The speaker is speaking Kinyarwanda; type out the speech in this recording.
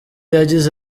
yagize